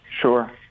Sure